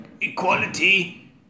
Equality